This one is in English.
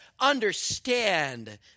understand